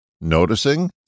noticing